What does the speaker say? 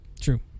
True